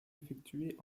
effectué